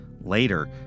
Later